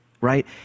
right